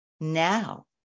now